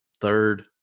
Third